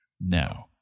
No